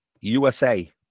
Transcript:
USA